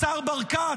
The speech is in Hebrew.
השר ברקת,